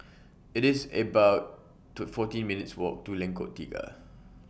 It's about to fourteen minutes' Walk to Lengkok Tiga